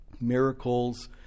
miracles